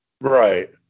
Right